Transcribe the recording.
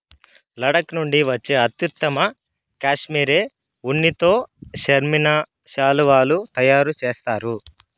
లడఖ్ నుండి వచ్చే అత్యుత్తమ కష్మెరె ఉన్నితో పష్మినా శాలువాలు తయారు చేస్తారు